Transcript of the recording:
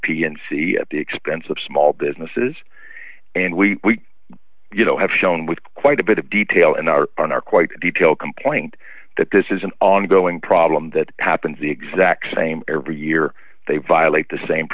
p and c at the expense of small businesses and we you know have shown with quite a bit of detail and are are quite detailed complaint that this is an ongoing problem that happens the exact same every year they violate the same